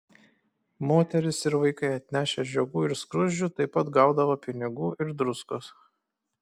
moterys ir vaikai atnešę žiogų ir skruzdžių taip pat gaudavo pinigų ir druskos